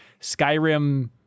Skyrim